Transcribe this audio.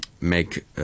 make